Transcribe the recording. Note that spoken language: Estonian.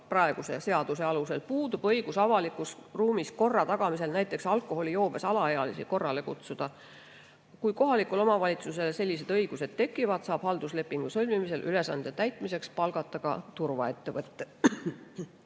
praeguse seaduse alusel puudub tal õigus avalikus ruumis korda tagades näiteks alkoholijoobes alaealisi korrale kutsuda. Kui kohalikule omavalitsusele sellised õigused tekivad, saab halduslepingu sõlmimisel ülesande täitmiseks palgata ka turvaettevõtte.